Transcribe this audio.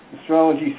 Astrology